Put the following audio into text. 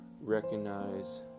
recognize